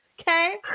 Okay